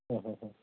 ହଁ ହଁ